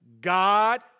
God